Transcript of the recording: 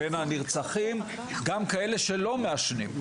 בין הנרצחים גם כאלה שלא מעשנים.